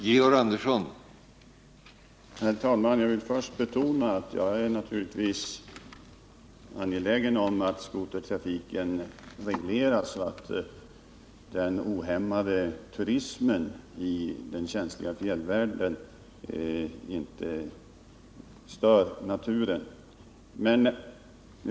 Herr talman! Jag vill först betona att jag naturligtvis är angelägen om att skotertrafiken regleras, så att en ohämmad turism i den känsliga fjällvärlden inte stör naturen.